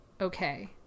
okay